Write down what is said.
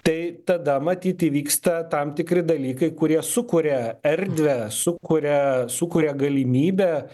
tai tada matyt įvyksta tam tikri dalykai kurie sukuria erdvę sukuria sukuria galimybę